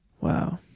Wow